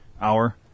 hour